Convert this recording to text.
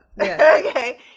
Okay